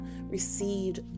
received